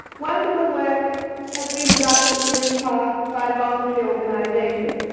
wonderful work has been done in the past by voluntary organisations.